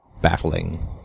baffling